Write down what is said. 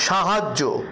সাহায্য